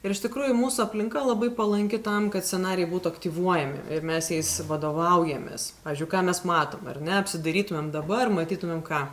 ir iš tikrųjų mūsų aplinka labai palanki tam kad scenarijai būtų aktyvuojami ir mes jais vadovaujamės pavyzdžiui ką mes matom ar ne apsidarytumėm dabar matytumėm ką